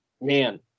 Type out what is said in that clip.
man